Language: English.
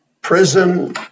Prison